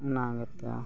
ᱚᱱᱟ ᱜᱮᱛᱚ